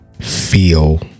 feel